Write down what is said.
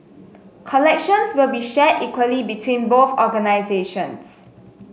collections will be shared equally between both organisations